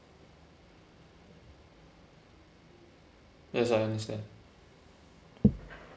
yes I understand